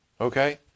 Okay